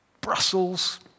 Brussels